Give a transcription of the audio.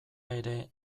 ere